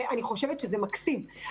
אני חושבת שזה מקסים.